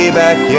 back